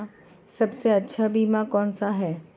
सबसे अच्छा बीमा कौन सा है?